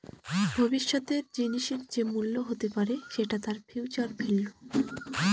ভবিষ্যতের জিনিসের যে মূল্য হতে পারে সেটা তার ফিউচার ভেল্যু